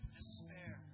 despair